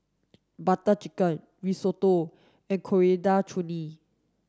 Butter Chicken Risotto and Coriander Chutney